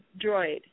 droid